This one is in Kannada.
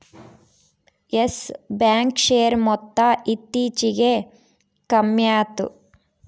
ಯಸ್ ಬ್ಯಾಂಕ್ ಶೇರ್ ಮೊತ್ತ ಇತ್ತೀಚಿಗೆ ಕಮ್ಮ್ಯಾತು